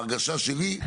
ההרגשה שלי,